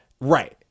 right